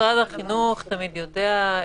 משרד החינוך תמיד יודע.